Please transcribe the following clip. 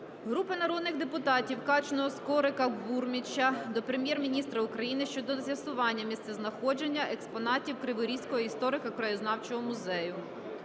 Групи народних депутатів (Качного, Скорика, Бурміча) до Прем'єр-міністра України щодо з'ясування місцезнаходження експонатів Криворізького історико-краєзнавчого музею.